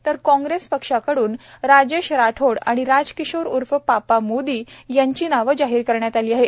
तर काँग्रेस पक्षाकडून राजेश राठोड आणि राजकिशोर उर्फ पापा मोदी यांची नावे जाहीर करण्यात आली आहेत